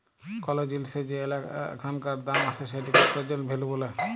call জিলিসের যে এখানকার দাম আসে সেটিকে প্রেজেন্ট ভ্যালু ব্যলে